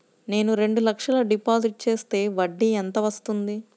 నేను రెండు లక్షల డిపాజిట్ చేస్తే వడ్డీ ఎంత వస్తుంది?